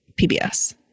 PBS